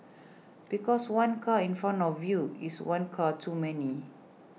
because one car in front of you is one car too many